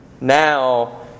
now